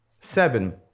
Seven